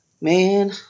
Man